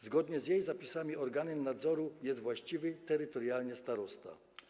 Zgodnie z jej zapisami organem nadzoru jest właściwy terytorialnie starosta.